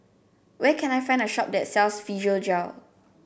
where can I find a shop that sells Physiogel